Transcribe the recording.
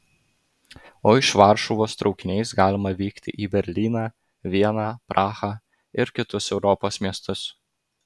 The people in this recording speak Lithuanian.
o iš varšuvos traukiniais galima vykti į berlyną vieną prahą ir kitus europos miestus